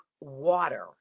water